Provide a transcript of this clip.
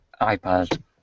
iPad